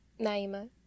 naima